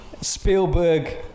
Spielberg